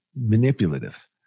manipulative